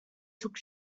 took